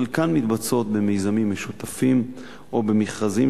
שחלקן מתבצעות במיזמים משותפים או במכרזים